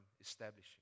establishing